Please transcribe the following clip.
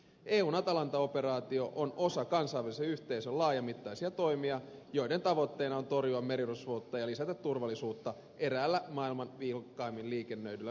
eun atalanta operaatio on osa kansainvälisen yhteisön laajamittaisia toimia joiden tavoitteena on torjua merirosvoutta ja lisätä turvallisuutta eräällä maailman vilkkaimmin liikennöidyistä merialueista